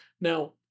Now